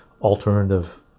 alternative